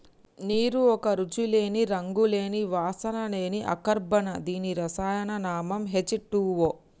నీరు ఒక రుచి లేని, రంగు లేని, వాసన లేని అకర్బన దీని రసాయన నామం హెచ్ టూవో